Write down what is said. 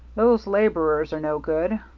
those laborers are no good.